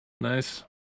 Nice